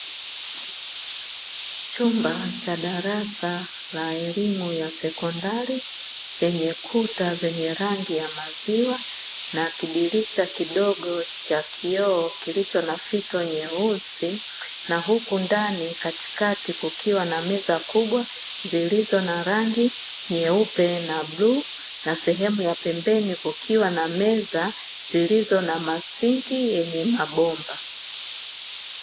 Chumba cha darasa la elimu ya sekondari, chenye kuta zenye rangi ya maziwa na kidirisha kidogo cha kioo, kilicho na fito nyeusi, na huku ndani katikati kukiwa na meza kubwa zilizo na rangi nyeupe na bluu, na sehemu ya pembeni kukiwa na meza zilizo na masinki yenye mabomba.